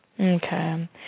Okay